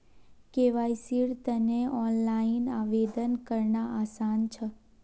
केवाईसीर तने ऑनलाइन आवेदन करना आसान छ